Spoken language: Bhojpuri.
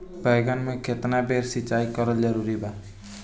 बैगन में केतना बेर सिचाई करल जरूरी बा?